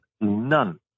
none